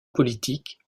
politique